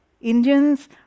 Indians